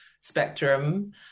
spectrum